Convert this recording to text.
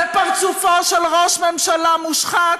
זה פרצופו של ראש ממשלה מושחת